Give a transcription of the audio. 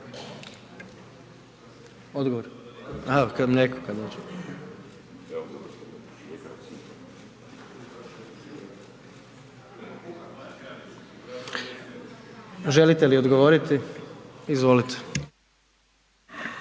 Odgovor, a mlijeko kad dođe. Želite li odgovoriti? Izvolite.